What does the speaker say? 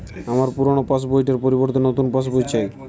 আমার পুরানো পাশ বই টার পরিবর্তে নতুন পাশ বই চাই